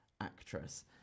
Actress